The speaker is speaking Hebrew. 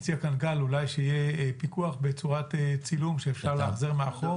הציע כאן גל אולי שיהיה פיקוח בצורת צילום שאפשר לאחזר לאחור.